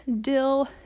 dill